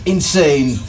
Insane